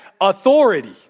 authority